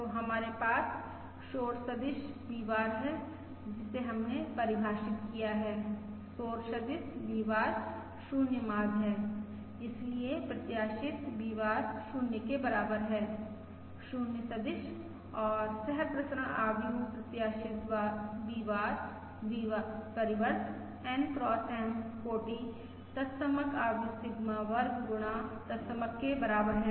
तो हमारे पास शोर सदिश V बार है जिसे हमने परिभाषित किया है शोर सदिश V बार 0 माध्य है इसलिए प्रत्याशित V बार 0 के बराबर है 0 सदिश और सहप्रसरण आव्यूह प्रत्याशित V बार V परिवर्त N X M कोटि तत्समक आव्यूह सिग्मा वर्ग गुणा तत्समक के बराबर है